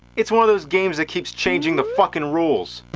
its one of those games that keeps changing the fucking rules!